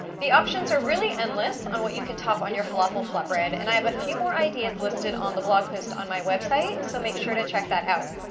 the options are really endless on what you can top on your falafel flatbread and i have a few more ideas listed on the blog post on my website so make sure to check that out.